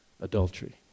adultery